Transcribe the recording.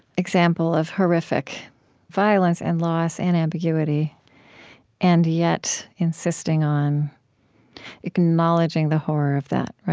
example of horrific violence and loss and ambiguity and yet insisting on acknowledging the horror of that, right?